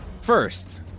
First